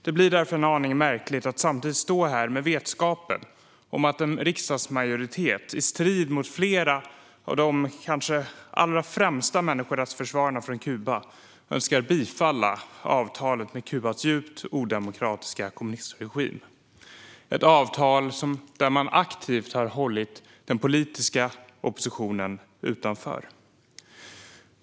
Det blir därför en aning märkligt att samtidigt stå här med vetskapen att en riksdagsmajoritet, i strid med vad flera av de kanske allra främsta människorättsförsvararna från Kuba vill se, önskar bifalla avtalet med Kubas djupt odemokratiska kommunistregim. Det är ett avtal där den politiska oppositionen aktivt har hållits utanför.